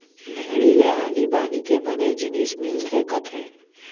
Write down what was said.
भेड़ी ले आनी बानी के बने जिनिस मिलथे कथें